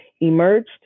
emerged